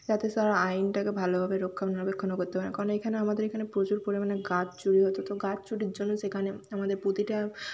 যাতে তারা আইনটাকে ভালোভাবে রক্ষণাবেক্ষণ করতে পারেন কারণ এখানে আমাদের এখানে প্রচুর পরিমাণে গাছ চুরি হতো তো গাছ চুরির জন্য সেখানে আমাদের প্রতিটা